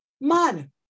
Man